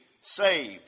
saved